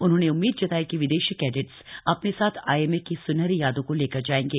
उन्होंने उम्मीद जताई कि विदेशी कैडेट्स अपने साथ आईएमए की स्नहरी यादों को लेकर जाएंगे